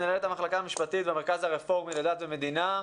מנהלת המחלקה המשפטית במרכז הרפורמי לדת ומדינה.